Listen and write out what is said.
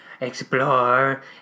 explore